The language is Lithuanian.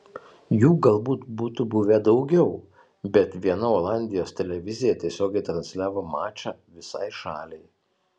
jų galbūt būtų buvę daugiau bet viena olandijos televizija tiesiogiai transliavo mačą visai šaliai